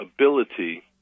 ability